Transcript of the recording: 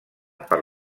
per